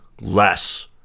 less